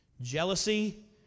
Jealousy